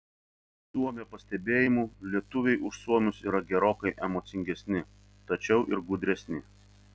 suomio pastebėjimu lietuviai už suomius yra gerokai emocingesni tačiau ir gudresni